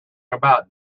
about